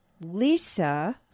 Lisa